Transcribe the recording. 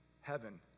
heaven